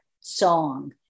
song